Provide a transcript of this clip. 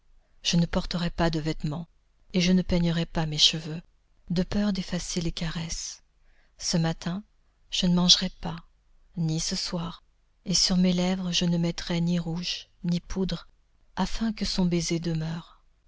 je ne porterai pas de vêtements et je ne peignerai pas mes cheveux de peur d'effacer les caresses ce matin je ne mangerai pas ni ce soir et sur mes lèvres je ne mettrai ni rouge ni poudre afin que son baiser demeure